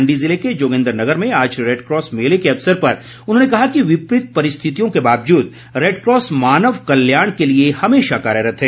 मण्डी ज़िले के जोगिन्दनगर में आज रेडक्रॉस मेले के अवसर पर उन्होंने कहा कि विपंरीत परिस्थितियों के बावजूद रेडक्रॉस मानव कल्याण के लिए हमेशा कार्यरत है